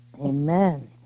Amen